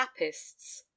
tapists